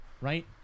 right